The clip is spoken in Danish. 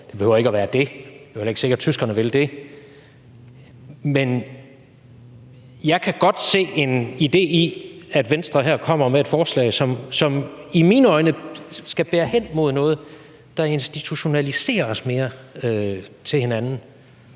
Det behøver ikke at være det, og det er jo heller ikke sikkert, at tyskerne vil det, men jeg kan godt se en idé i, at Venstre her kommer med et forslag, som i mine øjne skal bære hen mod noget, der institutionaliserer os mere i forhold